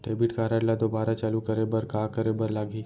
Debit card ला दोबारा चालू करे बर का करे बर लागही?